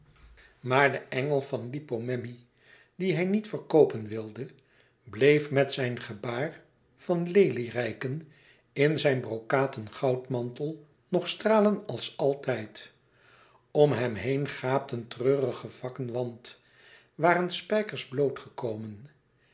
maar de engel van lippo memmi dien hij niet verkoopen wilde bleef met zijn gebaar van lelie reiken in zijn brokaten goudmantel nog stralen als altijd om hem heen gaapten treurige vakken wand waren spijkers blootgekomen